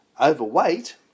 overweight